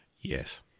Yes